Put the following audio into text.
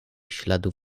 śladów